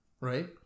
right